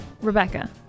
Rebecca